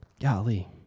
Golly